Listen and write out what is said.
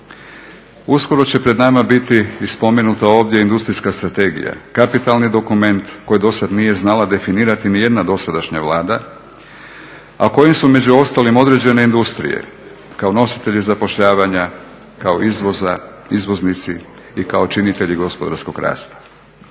Uskoro će pred nama biti i spomenuta ovdje Industrijska strategija, kapitalni dokument koji dosad nije znala definirati nijedna dosadašnja Vlada, a kojim su među ostalim određene industrije kao nositelji zapošljavanja, kao izvoznici i kao činitelji gospodarskog rasta.